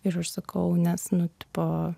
ir aš sakau nes nu tipo